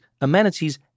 amenities